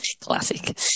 Classic